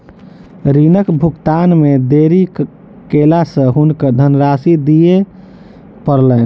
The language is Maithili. ऋणक भुगतान मे देरी केला सॅ हुनका धनराशि दिअ पड़लैन